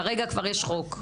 כרגע כבר יש חוק.